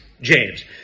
James